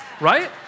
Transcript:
right